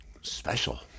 Special